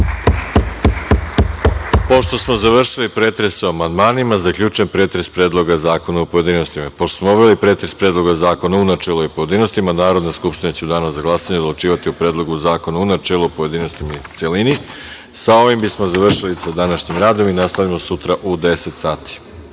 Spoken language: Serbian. Pošto smo završili pretres o amandmanima, zaključujem pretres Predloga zakona u pojedinostima. Pošto smo obavili pretres Predloga zakona u načelu i u pojedinostima, Narodna skupština će u danu za glasanje odlučivati o Predlogu zakona u načelu, pojedinostima i u celini. Sa ovim smo završili sa današnjim radom. Nastavljamo sutra u 10.00